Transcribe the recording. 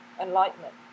enlightenment